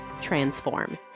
transform